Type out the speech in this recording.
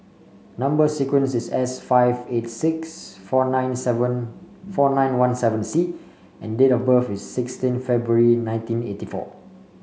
number sequence is S five eight six four nine seven four nine one seven C and date of birth is sixteen February nineteen eighty four